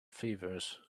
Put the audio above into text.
fevers